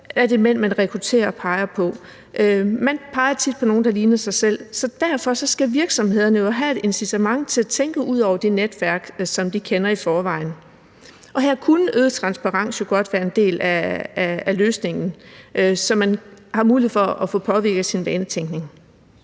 er det mænd, man rekrutterer og peger på. Man peger tit på nogen, der ligner en selv, så derfor skal virksomhederne jo have et incitament til tænke ud over det netværk, som de kender i forvejen, og her kunne en øget transparens jo godt være en del af løsningen, så man har mulighed for at få påvirket sin vanetænkning,